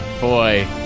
Boy